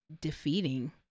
defeating